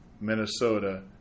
Minnesota